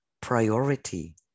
priority